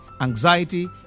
anxiety